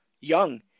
young